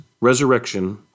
resurrection